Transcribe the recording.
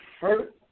hurt